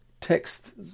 text